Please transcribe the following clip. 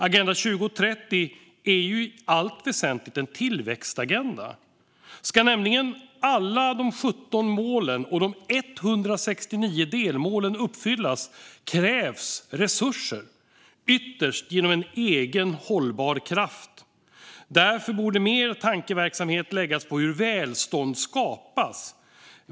Agenda 2030 är ju i allt väsentligt en tillväxtagenda, för ska alla de 17 målen och 169 delmålen uppfyllas krävs resurser - ytterst genom egen, hållbar kraft. Därför borde mer tankeverksamhet läggas på hur välstånd skapas.